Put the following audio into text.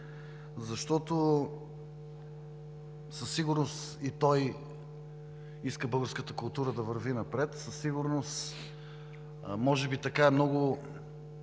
защото със сигурност и той иска българската култура да върви напред.